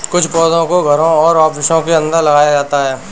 कुछ पौधों को घरों और ऑफिसों के अंदर लगाया जाता है